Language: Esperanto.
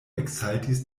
eksaltis